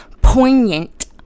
poignant